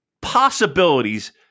possibilities